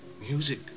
Music